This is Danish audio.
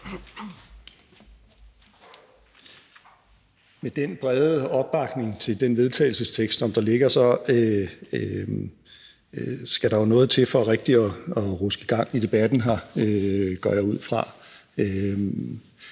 Med den brede opbakning til den vedtagelsestekst, som der ligger, skal der jo noget til for rigtig at ruske gang i debatten her, går jeg ud fra.